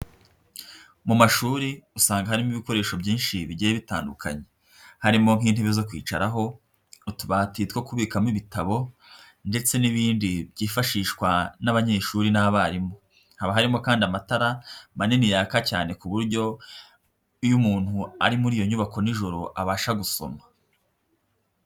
Mu mashuri usanga harimo ibikoresho byinshi bigiye bitandukanye harimo nk'intebe zo kwicaraho, utubati two kubikamo ibitabo ndetse n'ibindi byifashishwa n'abanyeshuri n'abarimu, haba harimo kandi amatara manini yaka cyane ku buryo iyo umuntu ari muri iyo nyubako nijoro abasha gusoma.